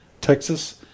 Texas